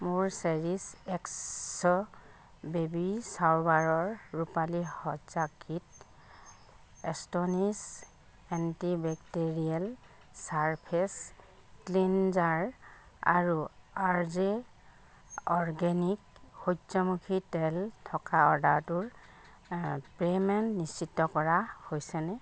মোৰ Cherish X baby শ্বাৱাৰৰ ৰূপালী সজ্জা kit Astonish antibacterial surface cleanser আৰু আৰ্য অৰ্গেনিক সূৰ্য্যমুখী তেল থকা অৰ্ডাৰটোৰ পে'মেণ্ট নিশ্চিত কৰা হৈছেনে